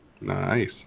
Nice